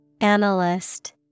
Analyst